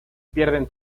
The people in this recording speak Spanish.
pierden